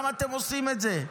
למה אתם עושים את זה?